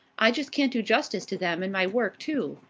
i just can't do justice to them and my work, too.